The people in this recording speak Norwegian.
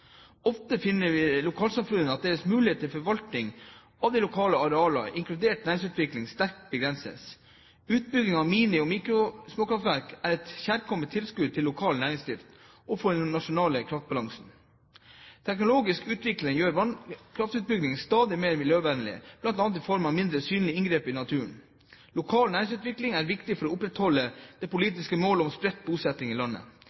Ofte finner lokalsamfunn at deres muligheter til forvaltning av de lokale arealer, inkludert næringsutvikling, sterkt begrenses. Utbygging av mini-, mikro- og småkraftverk er et kjærkomment tilskudd til lokal næringsdrift og til den nasjonale kraftbalansen. Teknologsk utvikling gjør vannkraftutbygginger stadig mer miljøvennlige, bl.a. i form av mindre synlige inngrep i naturen. Lokal næringsutvikling er viktig for å opprettholde det politiske målet om spredt bosetting i landet.